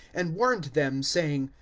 and warned them saying,